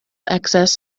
access